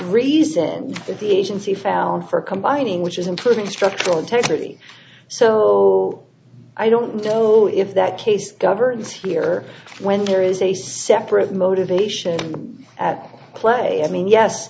reason the agency found for combining which is improving structural integrity so i don't know if that case governs here when there is a separate motivation at play i mean yes